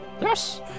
Yes